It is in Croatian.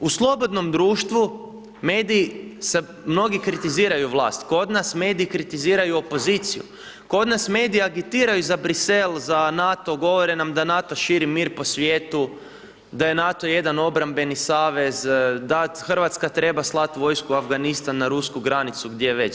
U slobodnom društvu mediji, mnogi kritiziraju vlast, kod nas mediji kritiziraju opoziciju, kod nas mediji agitiraju za Brisel, za NATO, govore nam da NATO širi mir po svijetu, da je NATO jedan obrambeni savez, da Hrvatska treba slati vojsku u Afganistan na rusku granicu, gdje već.